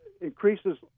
increases